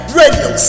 radio